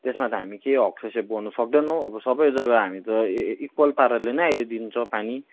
त्यसमा त हामी केही हस्तक्षेप गर्न सक्दैनौँ अब सबै जग्गा हामी त इक्वल पाराले नै अहिले दिन्छ पानी